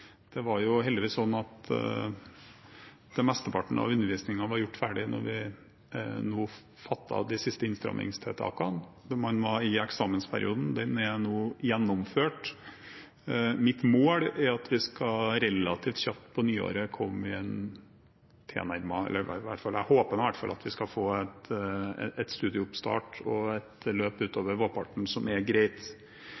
Det var heldigvis sånn at mesteparten av undervisningen var gjort ferdig da vi fattet de siste innstramningstiltakene. Man var i eksamensperioden; den er nå gjennomført. Mitt mål er at vi relativt kjapt på nyåret skal komme i en tilnærmet normal situasjon. Jeg håper i hvert fall at vi skal få en studieoppstart og et løp